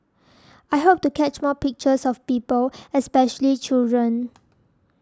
I hope to catch more pictures of people especially children